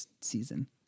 season